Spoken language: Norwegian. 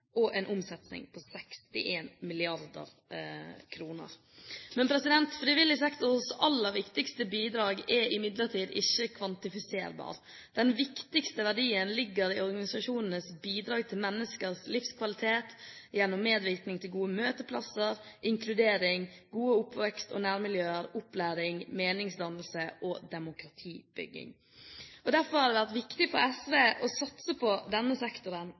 og en omsetning på 61 mrd. kr. Frivillig sektors aller viktigste bidrag er imidlertid ikke kvantifiserbart. Den viktigste verdien ligger i organisasjonenes bidrag til menneskers livskvalitet gjennom medvirkning til gode møteplasser, inkludering, gode oppvekst- og nærmiljøer, opplæring, meningsdannelse og demokratibygging. Derfor har det vært viktig for SV å satse på denne sektoren,